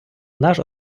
наш